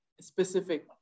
specific